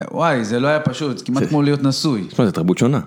וואי, זה לא היה פשוט, זה כמעט כמו להיות נשוי. תשמע, זאת תרבות שונה.